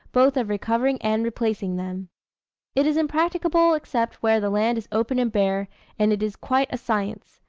both of recovering and replacing them it is impracticable except where the land is open and bare and it is quite a science.